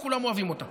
לא כולם אוהבים אותה.